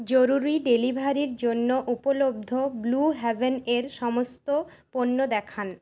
জরুরি ডেলিভারির জন্য উপলব্ধ ব্লু হেভেন এর সমস্ত পণ্য দেখান